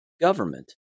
government